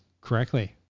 correctly